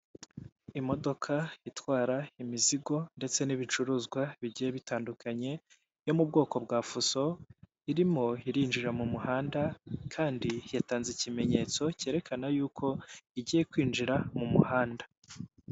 Imodoka itwara imizigo ndetse n'ibicuruzwa bigiye bitandukanye yo mu bwoko bwa fuso, irimo irinjira mu muhanda kandi yatanze ikimenyetso cyerekana y'uko igiye kwinjira mu muhanda.